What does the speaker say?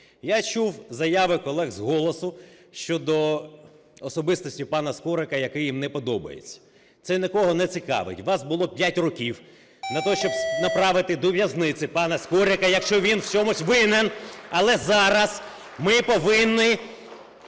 Я чув заяви колег з "Голосу" щодо особистості пана Скорика, який їм не подобається. Це нікого не цікавить, у вас було 5 років для того, щоб направити до в'язниці пана Скорика, якщо він в чомусь винен. Але зараз ми повинні